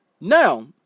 now